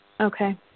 Okay